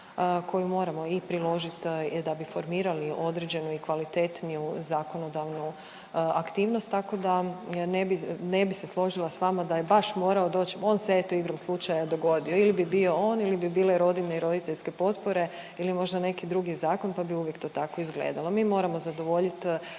koju moramo i priložiti da bi formirali određenu i kvalitetniju zakonodavnu aktivnost tako da ne bi, ne bi složila s vama da je baš morao doći, on se eto igrom slučaja dogodio ili bi bio on ili bi bile rodiljne i roditeljske potpore ili možda neki drugi zakon pa bi uvijek to tako izgledalo. Mi moramo zadovoljit